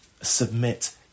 Submit